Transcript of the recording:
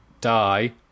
die